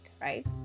right